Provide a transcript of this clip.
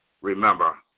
remember